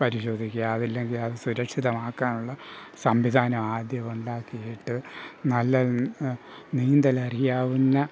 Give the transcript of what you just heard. പരിശോധിക്കുക അതില്ലെങ്കിൽ അത് സുരക്ഷിതമാക്കാനുള്ള സംവിധാനം ആദ്യം ഉണ്ടാക്കിയിട്ട് നല്ല നീന്തലറിയാവുന്ന